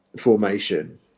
formation